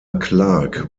clark